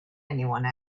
anyone